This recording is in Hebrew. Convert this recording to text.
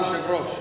היושב-ראש,